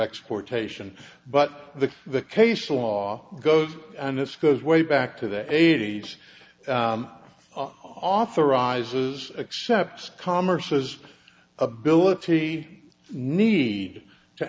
exportation but the the case law goes and this goes way back to the eighty's authorizes except commerce has ability need to